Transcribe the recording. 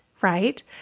right